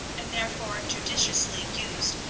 and, therefore, judiciously used,